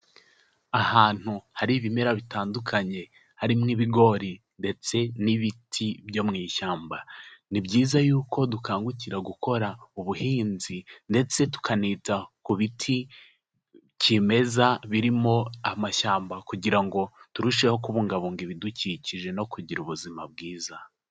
Ahantu hari ibimera bitandukanye, harimo ibigori ndetse n'ibiti byo mu ishyamba, ni byiza y'uko dukangukira gukora ubuhinzi ndetse tukanita ku biti kimeza, birimo amashyamba kugira ngo turusheho kubungabunga ibidukikije no kugira ubuzima bwiza.